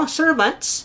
servants